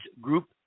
group